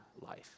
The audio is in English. life